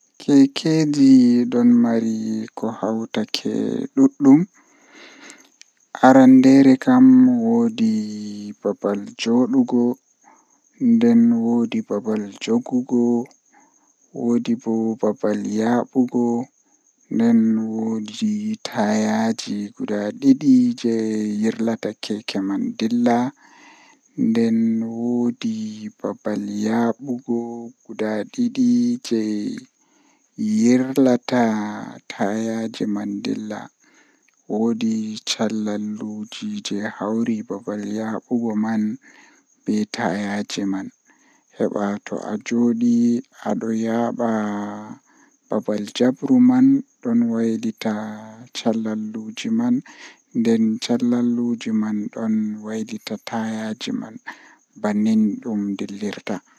Saare jei mi burdaa yiduki janjum woni saare manga jei woni haa apatmenji mallaa mi wiya cudi-cudi duddi haander bana guda noogas ngam mi yidi min be bandiraabe am pat min wona haa nder kala komoi fuu don wondi be iyaalu mum haa nder saare man.